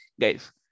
guys